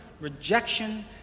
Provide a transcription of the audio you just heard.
rejection